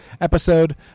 episode